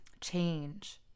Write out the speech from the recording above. change